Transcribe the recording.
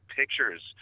pictures